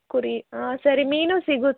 ಕುರಿ ಹಾಂ ಸರಿ ಮೀನು ಸಿಗು